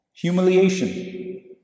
Humiliation